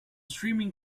streaming